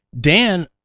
Dan